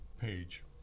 page